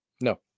No